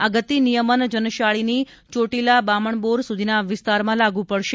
આ ગતિ નિયમન જનશાળીથી ચોટીલા બામણબોર સુધીના વિસ્તારમાં લાગુ પડશે